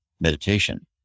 meditation